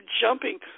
jumping